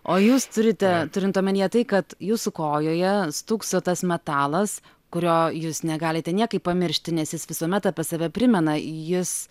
o jūs turite turint omenyje tai kad jūsų kojoje stūkso tas metalas kurio jūs negalite niekaip pamiršti nes jis visuomet apie save primena jis